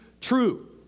true